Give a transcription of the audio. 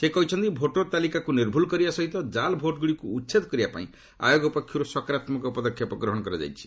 ସେ କହିଛନ୍ତି ଭୋଟର୍ ତାଲିକାକୁ ନିର୍ଭୁଲ୍ କରିବା ସହିତ ଜାଲ୍ ଭୋଟ୍ଗୁଡ଼ିକୁ ଉଚ୍ଛେଦ କରିବାପାଇଁ ଆୟୋଗ ପକ୍ଷରୁ ସକାରାତ୍ମକ ପଦକ୍ଷେପ ନିଆଯାଇଛି